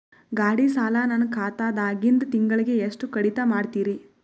ಗಾಢಿ ಸಾಲ ನನ್ನ ಖಾತಾದಾಗಿಂದ ತಿಂಗಳಿಗೆ ಎಷ್ಟು ಕಡಿತ ಮಾಡ್ತಿರಿ?